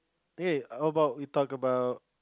eh how about we talk about